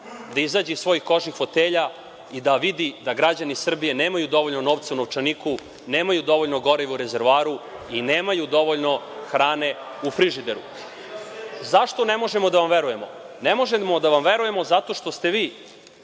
da izađe iz svojih kožnih fotelja i da vidi da građani Srbije nemaju dovoljno novca u novčaniku, nemaju dovoljno goriva u rezervoaru i nemaju dovoljno hrane u frižideru.Zašto ne možemo da vam verujemo? Ne možemo da vam verujemo zato što ste vi,